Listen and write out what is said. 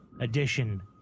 edition